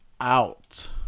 out